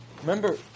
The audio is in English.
Remember